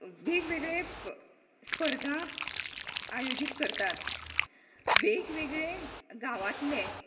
वेगवेगळे प स्पर्धा आयोजीत करतात वेगवेगळे गांवांतले